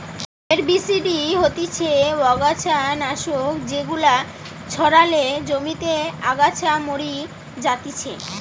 herbicide হতিছে অগাছা নাশক যেগুলা ছড়ালে জমিতে আগাছা মরি যাতিছে